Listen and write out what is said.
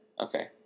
Okay